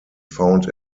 found